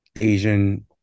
Asian